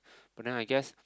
but then I guess